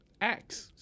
Acts